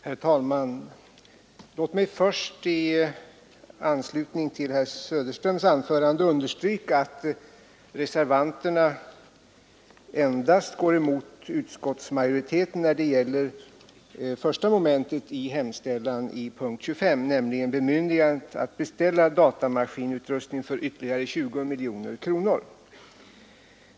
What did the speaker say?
Herr talman! Låt mig först i anslutning till herr Söderströms anförande understryka att reservanterna går emot utskottsmajoriteten endast när det gäller första momentet i hemställan under punkt 25, nämligen bemyndigandet att beställa datamaskinutrustning för ytterligare 20 miljoner kronor.